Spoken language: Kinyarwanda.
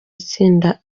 itsinda